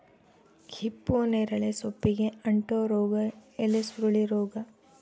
ಹಿಪ್ಪುನೇರಳೆ ಸೊಪ್ಪಿಗೆ ಅಂಟೋ ರೋಗ ಎಲೆಸುರುಳಿ ರೋಗ